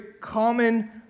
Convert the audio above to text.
common